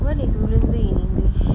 what is ulundu in english